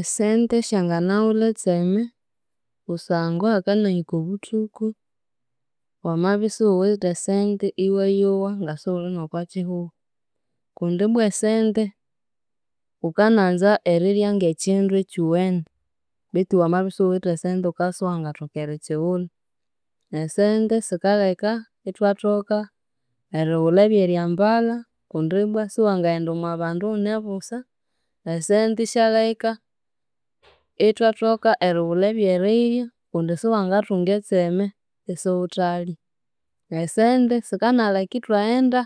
Esente syanganawulha etseme kusangwa hakanahika obuthuku wamabya isiwuwithe esente iwayowa ngasiwuli n'okwa kihugho, kundi ibbwa esente wukananza erirya ng'ekindu ekyowene, betu wamabya isiwuwithe esente wukabya isiwangathoka erikiwulha, esente sikalheka ithwathoka eriwulha eby'eryambala kundi ibbwa siwangaghenda omw'abandu iwune busa, esente isyalheka ithwathoka eriwulha eby'erirya kundi siwangathunga etseme isiwuthalya, esente sikanaleka ithwaghenda